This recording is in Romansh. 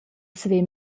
saver